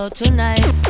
tonight